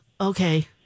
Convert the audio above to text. Okay